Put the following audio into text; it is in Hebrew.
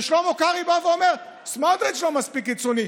ושלמה קרעי בא ואומר: סמוטריץ' לא מספיק קיצוני,